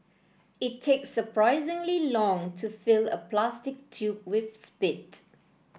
it takes surprisingly long to fill a plastic tube with spit